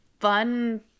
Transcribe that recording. fun